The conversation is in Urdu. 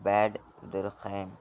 بیڈ درخیم